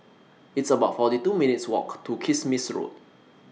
It's about forty two minutes' Walk to Kismis Road